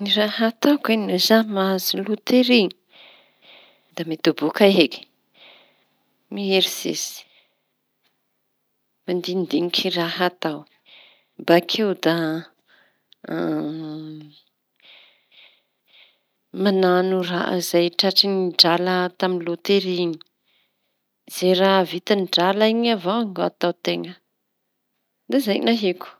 Ny raha ataoko e no za mahazo loteri da mitoboka eky mieritseritsy mandinindiniky raha atao bakeo da mañano raha izay tratry ny drala azonao tamin'ny lotery iñy. Raha vitan'ny drala iñy avao no ahian-teña da zay ny ahiko.